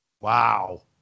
Wow